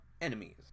enemies